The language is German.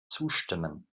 zustimmen